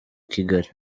kigali